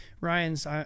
Ryan's